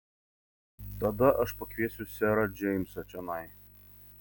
tada aš pakviesiu serą džeimsą čionai